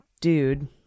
dude